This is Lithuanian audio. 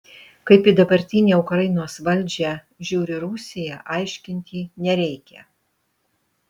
kaip į dabartinę ukrainos valdžią žiūri rusija aiškinti nereikia